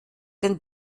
den